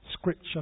scripture